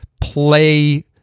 play